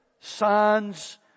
signs